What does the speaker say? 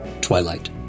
Twilight